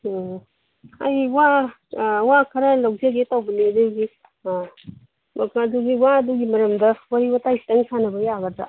ꯑꯣ ꯑꯩ ꯋꯥ ꯋꯥ ꯈꯔ ꯂꯧꯖꯒꯦ ꯇꯧꯕꯅꯦ ꯑꯗꯨꯒꯤ ꯑꯪ ꯃꯄꯥꯗꯨꯒꯤ ꯋꯥꯗꯨꯒꯤ ꯃꯔꯝꯗ ꯋꯥꯔꯤ ꯋꯥꯇꯥꯏ ꯈꯤꯇꯪ ꯁꯥꯟꯅꯕ ꯌꯥꯒꯗ꯭ꯔꯥ